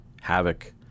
Havoc